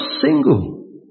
single